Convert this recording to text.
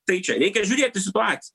tai čia reikia žiūrėt situaciją